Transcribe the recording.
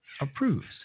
approves